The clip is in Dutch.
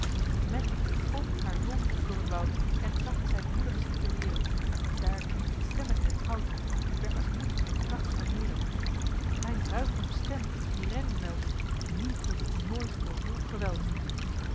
met galmt haar hulproep door het woud en tracht zij moedig zich te weren daar klinken stemmen in het hout die bertha's moed en kracht vermeêren mijn bruigoms stem die redding meldt nu buk ik nooit voor ruw geweld